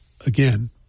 again